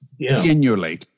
genuinely